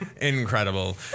Incredible